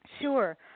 Sure